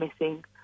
missing